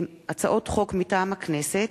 מטעם הכנסת: